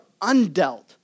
undealt